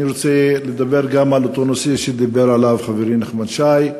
גם אני רוצה לדבר על אותו נושא שדיבר עליו חברי נחמן שי.